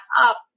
up